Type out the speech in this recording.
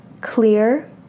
clear